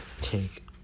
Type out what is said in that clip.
Take